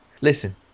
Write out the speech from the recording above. Listen